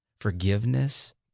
forgiveness